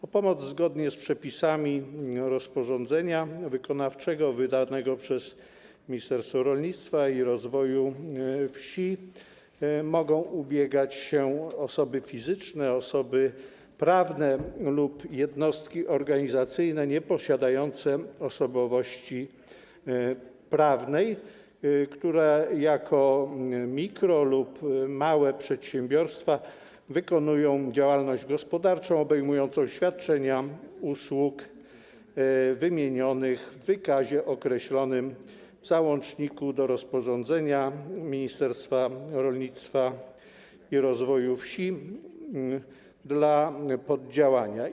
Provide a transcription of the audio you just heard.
O pomoc zgodnie z przepisami rozporządzenia wykonawczego wydanego przez Ministerstwo Rolnictwa i Rozwoju Wsi mogą ubiegać się osoby fizyczne, osoby prawne lub jednostki organizacyjne nieposiadające osobowości prawnej, które jako mikro- lub małe przedsiębiorstwa wykonują działalność gospodarczą obejmującą świadczenie usług wymienionych w wykazie określonym w załączniku do rozporządzenia Ministerstwa Rolnictwa i Rozwoju Wsi dla poddziałania.